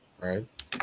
right